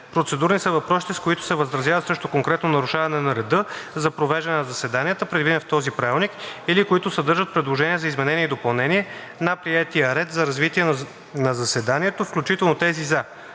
Процедурни са въпросите, с които се възразява срещу конкретно нарушаване на реда за провеждане на заседанията, предвиден в този правилник, или които съдържат предложения за изменение и допълнение на приетия ред за развитие на заседанието, включително тези за: